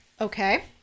Okay